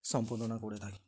সম্পাদনা করে থাকি